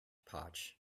potch